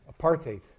apartheid